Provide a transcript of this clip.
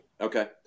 Okay